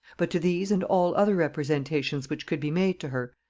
but to these and all other representations which could be made to her,